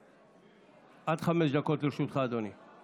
עד חמש דקות לרשותך, אדוני.